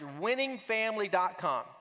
winningfamily.com